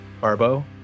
Barbo